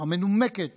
המנומקת